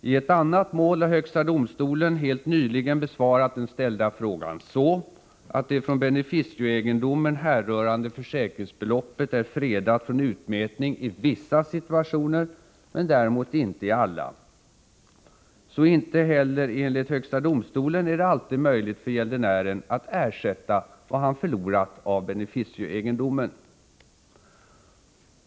I ett annat mål har högsta domstolen helt nyligen besvarat den ställda frågan så, att det från beneficieegendomen härrörande försäkringsbeloppet är fredat från utmätning i vissa situationer men däremot inte i alla. Så inte heller enligt HD är det alltid möjligt för gäldenären att ersätta vad han förlorat av beneficieegendomen.